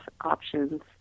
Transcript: options